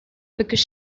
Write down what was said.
because